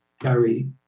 Gary